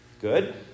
good